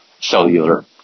cellular